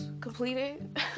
completed